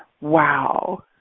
Wow